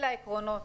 אלה העקרונות.